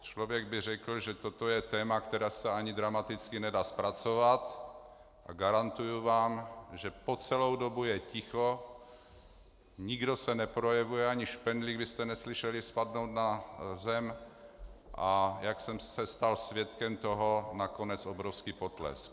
Člověk by řekl, že toto je téma, které se ani dramaticky nedá zpracovat, a garantuji vám, že po celou dobu je ticho, nikdo se neprojevuje, ani špendlík byste neslyšeli spadnout na zem, a jak jsem se stal svědkem toho, nakonec obrovský potlesk.